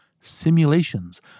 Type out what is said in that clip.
simulations